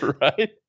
Right